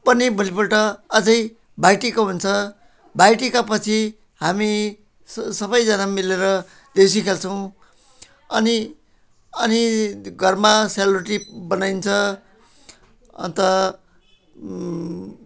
पनि भोलिपल्ट अझै भाइटिको हुन्छ भाइटिकापछि हामी स सबैजना मिलेर देउसी खेल्छौँ अनि अनि घरमा सेलरोटी बनाइन्छ अन्त